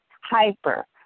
hyper